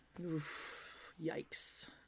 Yikes